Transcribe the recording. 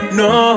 no